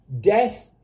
death